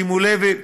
שימו לב,